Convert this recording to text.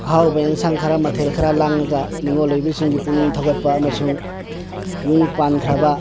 ꯑꯍꯥꯎꯕ ꯌꯦꯟꯁꯥꯡ ꯈꯔ ꯃꯊꯦꯜ ꯈꯔ ꯂꯥꯡꯉꯒ ꯅꯤꯡꯉꯣꯜ ꯑꯣꯏꯕꯤꯁꯤꯡꯒꯤ ꯄꯨꯛꯅꯤꯡ ꯊꯧꯒꯠꯄ ꯑꯃꯁꯨꯡ ꯌꯨꯝ ꯄꯥꯟꯈ꯭ꯔꯕ